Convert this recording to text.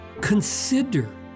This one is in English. consider